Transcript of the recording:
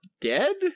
dead